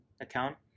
account